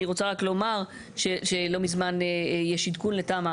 אני רוצה רק לומר שלא מזמן יש עדכון לתמ"א,